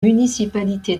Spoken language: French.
municipalité